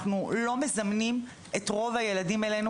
אנחנו לא מזמנים את רוב הילדים אלינו.